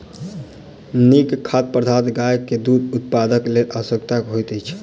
नीक खाद्य पदार्थ गाय के दूध उत्पादनक लेल आवश्यक होइत अछि